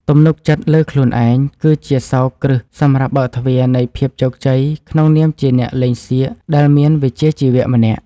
ទំនុកចិត្តលើខ្លួនឯងគឺជាសោរគ្រឹះសម្រាប់បើកទ្វារនៃភាពជោគជ័យក្នុងនាមជាអ្នកលេងសៀកដែលមានវិជ្ជាជីវៈម្នាក់។